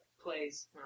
plays